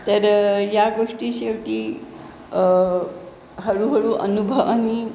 तर या गोष्टी शेवटी हळूहळू अनुभवाने